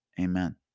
Amen